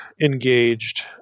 engaged